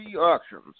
Auctions